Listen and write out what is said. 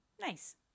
Nice